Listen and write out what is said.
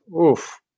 Oof